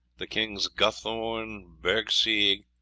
the kings guthorn, bergsecg,